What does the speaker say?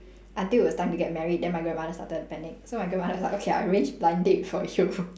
until it was time to get married then my grandmother started to panic so my grandmother like okay I arrange blind date for you